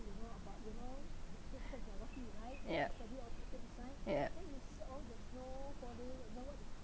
ya ya